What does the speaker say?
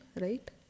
right